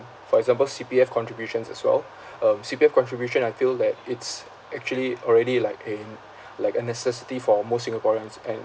for example C_P_F contributions as well um C_P_F contribution I feel that it's actually already like in like a necessity for most singaporeans and